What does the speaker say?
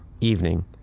evening